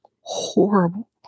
horrible